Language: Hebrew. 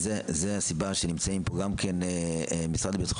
וזו הסיבה שנמצאים פה גם כן המשרד לביטחון